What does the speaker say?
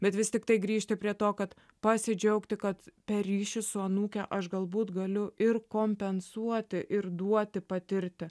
bet vis tiktai grįžti prie to kad pasidžiaugti kad per ryšį su anūke aš galbūt galiu ir kompensuoti ir duoti patirti